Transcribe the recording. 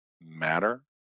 matter